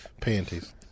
Panties